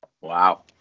Wow